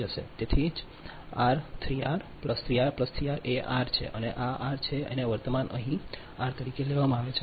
તેથી જ આ 3 આર 3 આર 3 આર એ આર છે અને આ આર છે અને વર્તમાન તે અહીં આર તરીકે લેવામાં આવે છે